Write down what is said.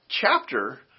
chapter